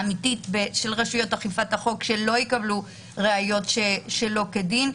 להבטיח שרשויות אכיפת החוק לא ישיגו ראיות שלא כדין.